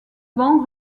vent